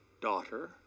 daughter